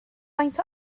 faint